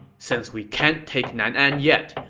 since we can't take nan'an yet,